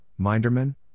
Minderman